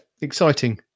exciting